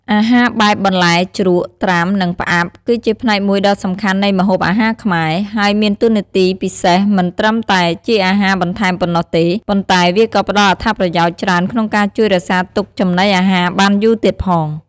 អាហារបែបបន្លែជ្រក់ ត្រាំ និងផ្អាប់ គឺជាផ្នែកមួយដ៏សំខាន់នៃម្ហូបអាហារខ្មែរ ហើយមានតួនាទីពិសេសមិនត្រឹមតែជាអាហារបន្ថែមប៉ុណ្ណោះទេ ប៉ុន្តែវាក៏ផ្ដល់អត្ថប្រយោជន៍ច្រើនក្នុងការជួយរក្សាទុកចំណីអាហារបានយូរទៀតផង។